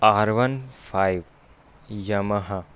are one five Yamaha